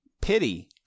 pity